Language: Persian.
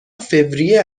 فوریه